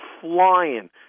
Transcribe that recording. flying